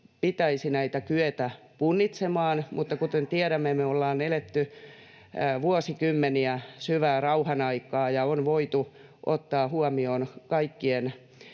pitäisi näitä kyetä punnitsemaan, mutta kuten tiedämme, me olemme eläneet vuosikymmeniä syvää rauhanaikaa ja on voitu ottaa huomioon kaikkien